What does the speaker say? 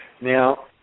Now